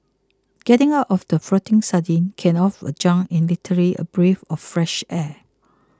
getting out of that floating sardine can of a junk is literally a breath of fresh air